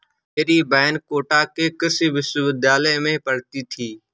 मेरी बहन कोटा के कृषि विश्वविद्यालय में पढ़ती थी